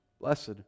blessed